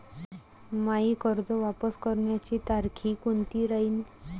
मायी कर्ज वापस करण्याची तारखी कोनती राहीन?